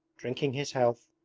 drinking his health,